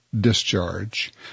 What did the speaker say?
discharge